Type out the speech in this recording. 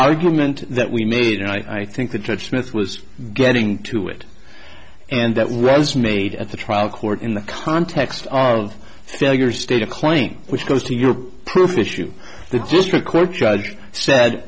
argument that we made and i think the judge smith was getting to it and that was made at the trial court in the context of failure state a claim which goes to your proof issue the district court judge said